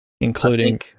including